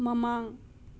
ꯃꯃꯥꯡ